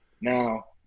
Now